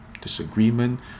disagreement